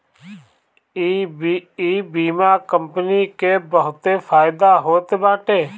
इ बीमा कंपनी के बहुते फायदा होत बाटे